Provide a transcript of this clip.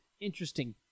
Interesting